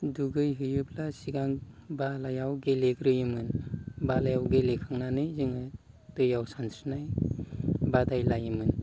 दुगैहैयोब्ला सिगां बालायाव गेलेग्रोयोमोन बालायाव गेलेखांनानै जोङो दैयाव सानस्रिनाय बादायलायोमोन